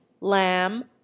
Lamb